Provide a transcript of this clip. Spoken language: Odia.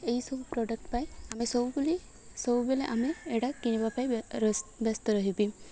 ଏହିସବୁ ପ୍ରଡ଼କ୍ଟ ପାଇଁ ଆମେ ସବୁବେଳେ ଆମେ ଏଟା କିଣିବା ପାଇଁ ବ୍ୟସ୍ତ ରହିବି